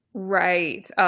Right